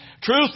Truth